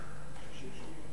(הישיבה